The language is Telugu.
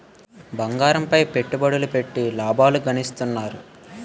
బంగారంపై పెట్టుబడులెట్టి లాభాలు గడిత్తన్నారు